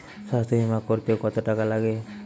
স্বাস্থ্যবীমা করতে কত টাকা লাগে?